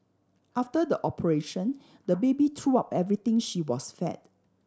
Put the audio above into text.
after the operation the baby threw up everything she was fed